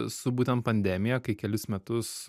su būtent pandemija kai kelis metus